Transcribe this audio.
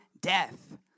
death